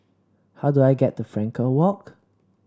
how do I get to Frankel Walk